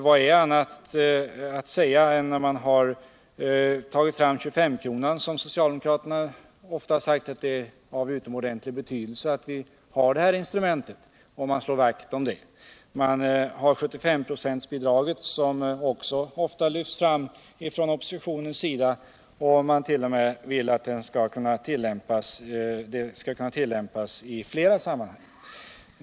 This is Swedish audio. Vad är annat att säga när man tagit fram 25-kronan än att den, som socialdemokraterna ofta Sagt, är av utomordentligt stor betydelse och att vi här har ett instrument som vi skall slå vakt om. 75-procentsbidraget, som också lyfts fram från oppositionens sida, vill man t.o.m. tillämpa i flera sammanhang.